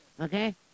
Okay